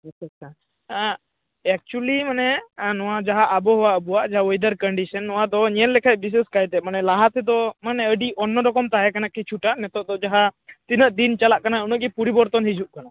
ᱮᱠᱪᱩᱭᱮᱞᱤ ᱢᱟᱱᱮ ᱱᱚᱣᱟ ᱡᱟᱦᱟᱸ ᱟᱵᱚᱦᱟᱣᱟ ᱟᱵᱚᱭᱟᱜ ᱡᱟᱦᱟᱸ ᱚᱭᱮᱫᱟᱨ ᱠᱚᱱᱰᱤᱥᱮᱱ ᱱᱚᱣᱟ ᱫᱚ ᱧᱮᱞ ᱞᱮᱠᱷᱟᱱ ᱵᱤᱥᱮᱥ ᱠᱟᱭᱛᱮ ᱢᱟᱱᱮ ᱞᱟᱦᱟ ᱛᱮᱫᱚ ᱢᱟᱱᱮ ᱟᱹᱰᱤ ᱚᱱᱚᱨᱚᱠᱚᱢ ᱛᱟᱦᱮᱸ ᱠᱟᱱᱟ ᱠᱤᱪᱷᱩᱴᱟᱜ ᱱᱤᱛᱚᱜ ᱫᱚ ᱡᱟᱦᱟᱸ ᱛᱤᱱᱟᱹᱜ ᱫᱤᱱ ᱪᱟᱞᱟᱜ ᱠᱟᱱᱟ ᱩᱱᱟᱹᱜ ᱜᱮ ᱯᱚᱨᱤᱵᱚᱨᱛᱚᱱ ᱦᱤᱡᱩᱜ ᱠᱟᱱᱟ